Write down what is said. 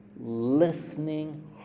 listening